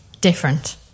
different